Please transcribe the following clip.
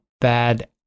bad